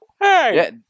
Hey